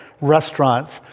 restaurants